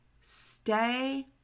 stay